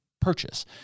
purchase